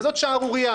וזאת שערורייה.